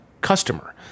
customer